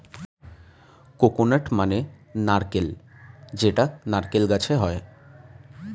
coconut মানে নারকেল যেটা নারকেল গাছে হয়